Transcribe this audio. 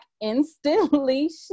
instantly